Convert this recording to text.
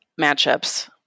matchups